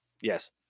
Yes